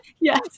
Yes